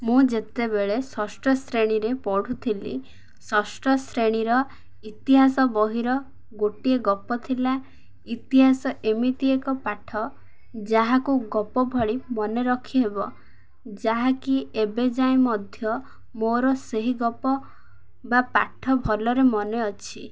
ମୁଁ ଯେତେବେଳେ ଷଷ୍ଠ ଶ୍ରେଣୀରେ ପଢ଼ୁଥିଲି ଷଷ୍ଠ ଶ୍ରେଣୀର ଇତିହାସ ବହିର ଗୋଟିଏ ଗପ ଥିଲା ଇତିହାସ ଏମିତି ଏକ ପାଠ ଯାହାକୁ ଗପ ଭଳି ମନେ ରଖି ହେବ ଯାହାକି ଏବେ ଯାଏଁ ମଧ୍ୟ ମୋର ସେହି ଗପ ବା ପାଠ ଭଲରେ ମନେ ଅଛି